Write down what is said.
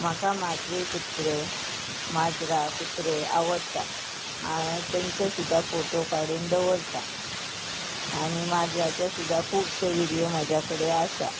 म्हाका म्हाजे कुत्रे माजरां कुत्रे आवडटा तेंचे सुद्दा फोटो काडून दवरता आनी माजराचे सुद्दा खुबशे व्हिडियो म्हाज्या कडेन आसा